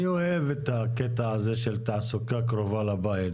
אוהב את הקטע הזה של תעסוקה קרובה לבית,